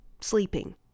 sleeping